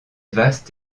vaste